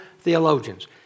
theologians